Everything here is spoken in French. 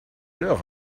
l’heure